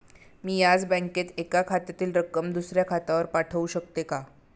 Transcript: मी याच बँकेत एका खात्यातील रक्कम दुसऱ्या खात्यावर पाठवू शकते का?